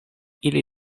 ili